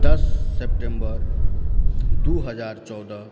दश सेप्टेम्बर दू हजार चौदह